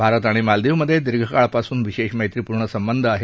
भारत आणि मालदिवमध्ये दीर्घकाळापासून विशेष मैत्रीपूर्ण संबंध आहेत